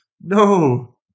No